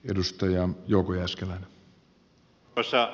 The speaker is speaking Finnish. arvoisa herra puhemies